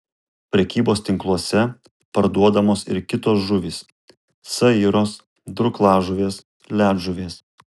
prekybos tinkluose parduodamos ir kitos žuvys sairos durklažuvės ledžuvės